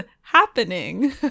happening